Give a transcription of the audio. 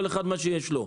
כל אחד מה שיש לו.